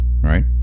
right